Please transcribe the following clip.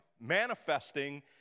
manifesting